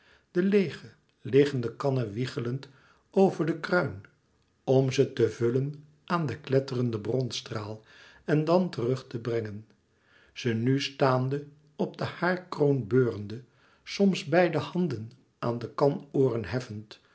de leêge liggende kannen wiegelend over den kruin om ze te vullen aan den kletterenden bronstraal en dan terug ze te brengen ze nu stàande op den haarkroon beurende soms beide handen aan de kan ooren heffend